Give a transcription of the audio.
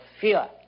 fear